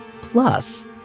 Plus